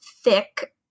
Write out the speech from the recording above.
thick